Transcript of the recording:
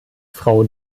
frau